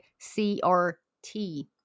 CRT